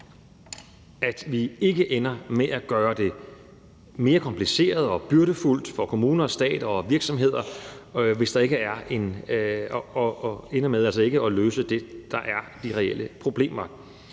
at vi ikke ender med at gøre det mere kompliceret og byrdefuldt for kommuner, stat og virksomheder og altså ender med ikke at løse det, der er de reelle problemer.